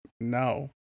No